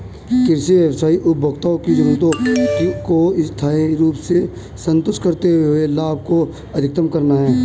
कृषि व्यवसाय उपभोक्ताओं की जरूरतों को स्थायी रूप से संतुष्ट करते हुए लाभ को अधिकतम करना है